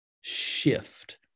shift